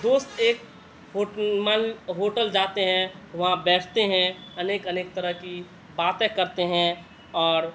دوست ایک hotel hotel جاتے ہیں وہاں بیٹھتے ہیں انیک انیک طرح کی باتیں کرتے ہیں اور